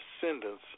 descendants